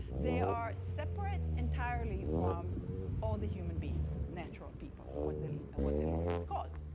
they are separate entirely from all the human beings, natural people, what the what the lawyers called.